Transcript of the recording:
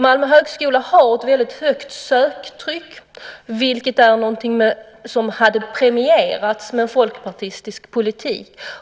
Malmö högskola har ett väldigt högt söktryck, vilket är någonting som hade premierats med en folkpartistisk politik.